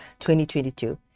2022